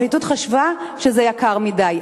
הפרקליטות חשבה שזה יקר מדי.